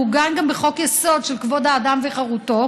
זה מעוגן גם בחוק-יסוד: כבוד האדם וחירותו,